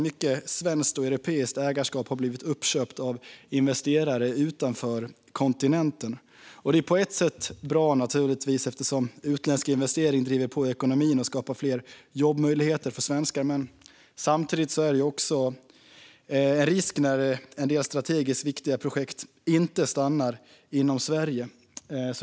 Mycket svenskt och europeiskt ägarskap har blivit uppköpt av investerare utanför kontinenten. Det är på ett sätt naturligtvis bra, eftersom utländska investeringar driver på ekonomin och skapar fler jobbmöjligheter för svenskar. Men samtidigt finns det också en risk när en del strategiskt viktiga projekt inte stannar inom Sverige.